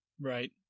Right